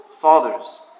fathers